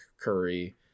Curry